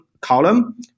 column